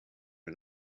and